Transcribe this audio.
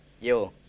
Yo